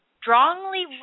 strongly